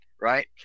right